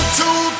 two